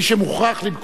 מי שמוכרח למכור.